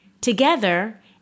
Together